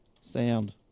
sound